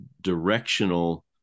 directional